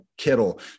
Kittle